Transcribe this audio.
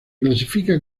clasifica